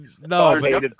No